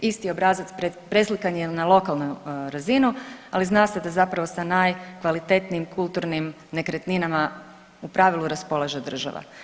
Isti obrazac preslikan je i na lokalnu razinu, ali zna se da zapravo sa najkvalitetnijim kulturnim nekretninama u pravilu raspolaže država.